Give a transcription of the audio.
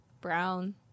brown